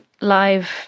live